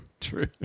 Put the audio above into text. True